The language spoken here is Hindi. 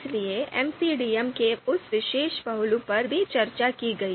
इसलिए एमसीडीएम के उस विशेष पहलू पर भी चर्चा की गई